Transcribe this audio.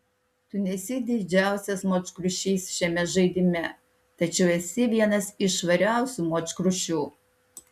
tu nesi didžiausias močkrušys šiame žaidime tačiau esi vienas iš švariausių močkrušių